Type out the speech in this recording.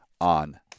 on